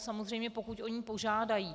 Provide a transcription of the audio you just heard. Samozřejmě pokud o ní požádají.